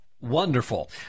wonderful